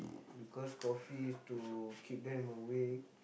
because coffee is to keep them awake